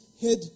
head